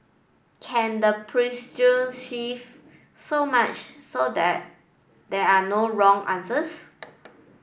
can the shift so much so that they are no wrong answers